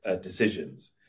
decisions